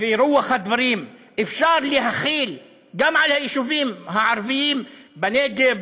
ואת רוח הדברים אפשר להחיל גם על היישובים הערביים בנגב,